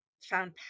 found